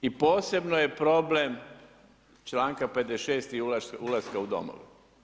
I posebno je problem članka 56. ulaska u domove.